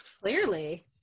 Clearly